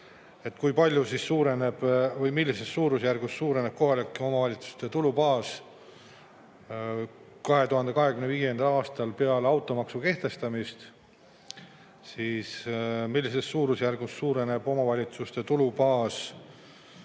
kui palju või millises suurusjärgus suureneb kohalike omavalitsuste tulubaas 2025. aastal peale automaksu kehtestamist ja millises suurusjärgus suureneb omavalitsuste tulubaas